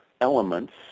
elements